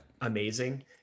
amazing